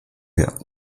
wir